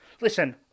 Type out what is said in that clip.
Listen